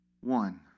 one